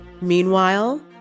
Meanwhile